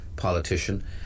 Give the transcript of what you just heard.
politician